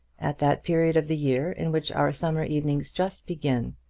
at that period of the year in which our summer evenings just begin,